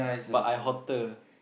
but I hotter